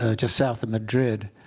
ah just south of madrid,